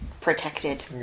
protected